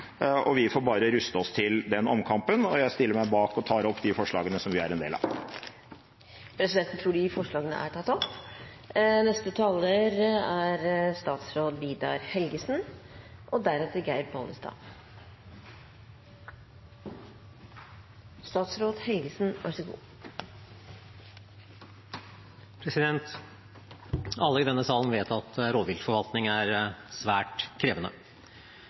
og vi får bare ruste oss til den omkampen. Jeg stiller meg bak de forslagene som vi er en del av. Alle i denne salen vet at rovviltforvaltning er svært